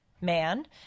man